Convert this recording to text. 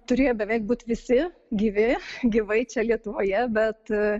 turėjo beveik būt visi gyvi gyvai čia lietuvoje bet